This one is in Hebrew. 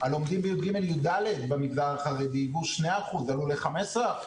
הלומדים בי"ג י"ד במגזר החרדי הוא 2%, עלו ל-15%.